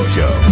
Show